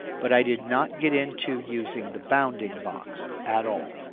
but i did not get into using the bounding box at all.